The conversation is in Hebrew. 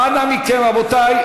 אנא מכם, רבותי.